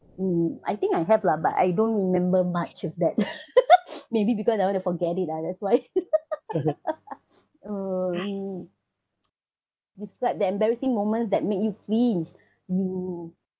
mm I think I have lah but I don't remember much of that maybe because I want to forget it ah that's why oh mm describe the embarrassing moments that make you cringe